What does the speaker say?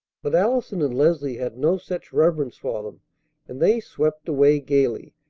but allison and leslie had no such reverence for them and they swept away gayly,